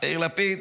יאיר לפיד,